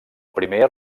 primer